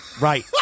Right